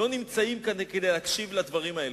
לא נמצאים כאן כדי להקשיב לדברים האלה.